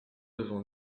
devant